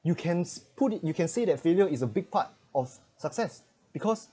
you can s~ put it you can say that failure is a big part of success because